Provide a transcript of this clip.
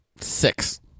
Six